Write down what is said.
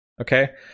Okay